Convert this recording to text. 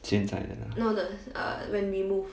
现在的 ah